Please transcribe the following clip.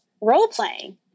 role-playing